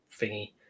thingy